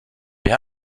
wir